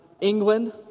England